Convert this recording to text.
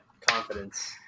confidence